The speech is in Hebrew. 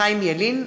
חיים ילין,